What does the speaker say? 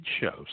shows